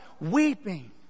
weeping